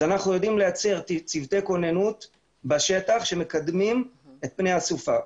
אנחנו יודעים לייצר צוותי כוננות בשטח שמקדמים את פני הסופה.